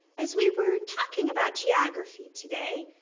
as we were talking about geography today,